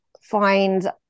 find